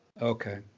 Okay